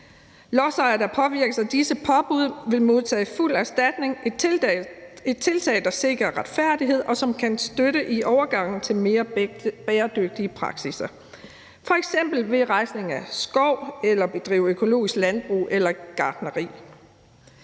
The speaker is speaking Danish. Lodsejere, der påvirkes af disse påbud, vil modtage fuld erstatning – et tiltag, der sikrer retfærdighed, og som kan støtte i overgangen til mere bæredygtige praksisser, f.eks. ved rejsning af skov eller i forbindelse med økologisk landbrug eller gartneri.